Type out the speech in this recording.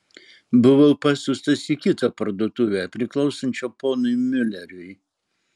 buvau pasiųstas į kitą parduotuvę priklausančią ponui miuleriui